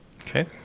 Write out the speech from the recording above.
Okay